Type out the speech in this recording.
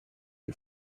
you